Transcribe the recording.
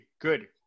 Good